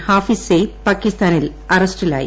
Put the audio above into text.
ഹാഫിസ് സയിദ് പാകിസ്ഥാനിൽ അറസ്റ്റിലായി